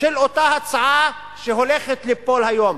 של אותה הצעה שהולכת ליפול היום.